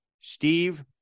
Steve